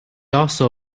also